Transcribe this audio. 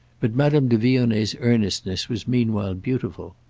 but madame de vionnet's earnestness was meanwhile beautiful.